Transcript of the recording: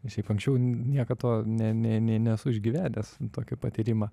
šiaip anksčiau niekad to ne ne nei nesu išgyvenęs tokio patyrimą